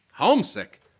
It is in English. homesick